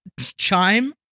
chime